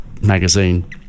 magazine